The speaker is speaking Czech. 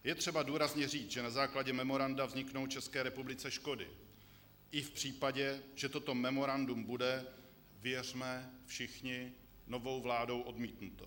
Je třeba důrazně říct, že na základě memoranda vzniknou České republice škody i v případě, že toto memorandum bude věřme všichni novou vládou odmítnuto.